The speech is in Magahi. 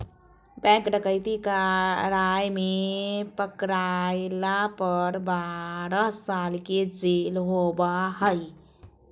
बैंक डकैती कराय में पकरायला पर बारह साल के जेल होबा हइ